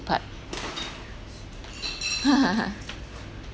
part